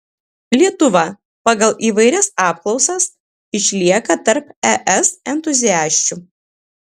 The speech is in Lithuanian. lietuva pagal įvairias apklausas išlieka tarp es entuziasčių